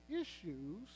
issues